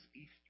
Easter